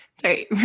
Sorry